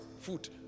food